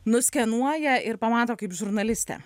nuskenuoja ir pamato kaip žurnalistę